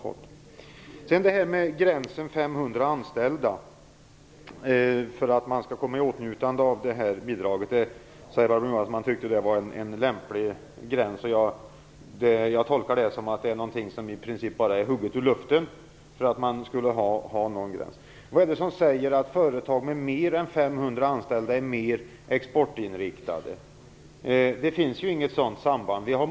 Barbro Johansson tyckte att 500 anställda var en lämplig gräns för att komma i åtnjutande av det här bidraget. Jag tolkar det så att den siffran i princip bara är tagen ur luften för att man skulle ha en gräns. Vad är det som säger att företag med mer än 500 anställda är mer exportinriktade? Det finns ju inget sådant samband.